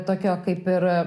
tokio kaip ir